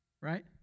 Right